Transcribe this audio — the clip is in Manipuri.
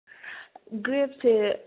ꯒ꯭ꯔꯦꯞꯁꯦ